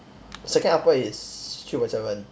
second upper is three point seven